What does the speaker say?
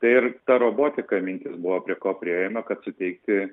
ir ta robotika mintis buvo prie ko priėjome kad suteikti